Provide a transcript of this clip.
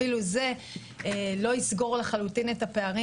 אפילו זה לא יסגור לחלוטין את הפערים